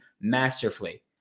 masterfully